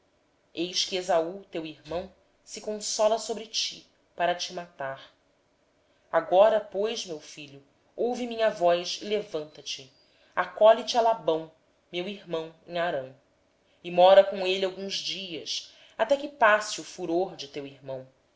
eis que esaú teu irmão se consola a teu respeito propondo matar-te agora pois meu filho ouve a minha voz levanta-te refugia te na casa de labão meu irmão em harã e demora te com ele alguns dias até que passe o furor de teu irmão